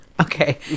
okay